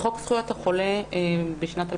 בחוק זכויות החולה בשנת 2016,